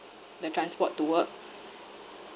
the transport to work